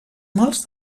mals